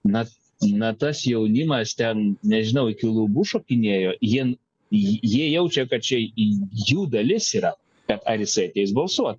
na na tas jaunimas ten nežinau iki lubų šokinėjo jin ji jie jaučia kad čia jų dalis yra bet ar jisai ateis balsuot